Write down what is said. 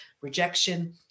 rejection